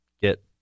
get